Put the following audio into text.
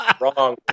wrong